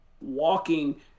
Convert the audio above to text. walking